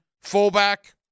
fullback